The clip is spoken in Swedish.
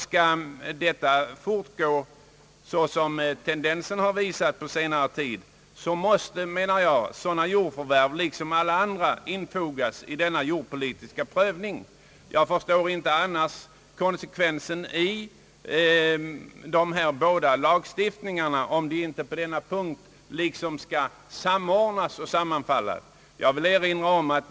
Skall detia fortgå såsom tendensen visat under senare tid, måste sådana jordförvärv, liksom alla andra, infogas i den jordpolitiska prövningen. Annars finns det ingen konsekvens i dessa båda lagstiftningar, om de inte på denna punkt kan samordnas och sammanfalla.